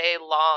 long